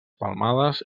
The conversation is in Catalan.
palmades